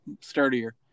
sturdier